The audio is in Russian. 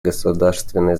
государственной